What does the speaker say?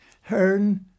hern